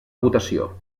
votació